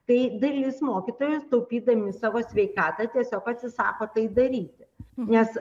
tai dalis mokytojų taupydami savo sveikatą tiesiog atsisako tai daryti nes